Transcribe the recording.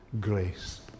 grace